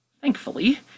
Thankfully